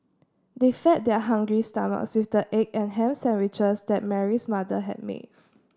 they fed their hungry stomachs with the egg and ham sandwiches that Mary's mother had made